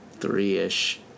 three-ish